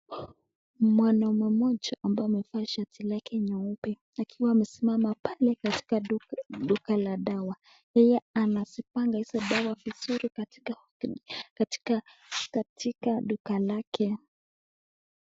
Mwanaume mmoja ambaye amevaa shati lake nyeupe akiwa amesimama pale katika duka la dawa. Yeye anazipanga hizo dawa vizuri katika, katika duka lake.